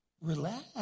relax